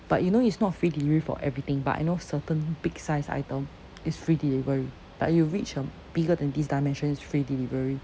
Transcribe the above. but you know it's not free delivery for everything but I know certain big sized item is free delivery like you reach a bigger than this dimension is free delivery